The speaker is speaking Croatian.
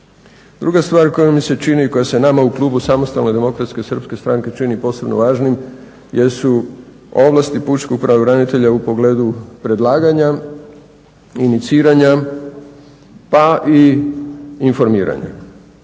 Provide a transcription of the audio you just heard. čini i koja se nama u Klubu samostalne demokratske srpske stranke čini posebno važnim jesu ovlasti pučkog pravobranitelja u pogledu predlaganja, iniciranja pa i informiranja.